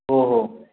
हो हो